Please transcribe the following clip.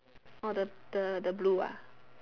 the the blue